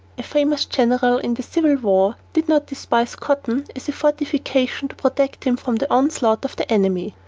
a famous general in the civil war did not despise cotton as a fortification to protect him from the onslaught of the enemy.